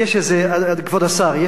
כבוד השר,